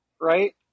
right